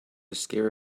scare